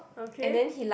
okay